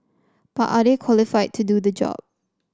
but are they qualified to do the job